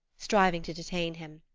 striving to detain him.